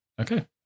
Okay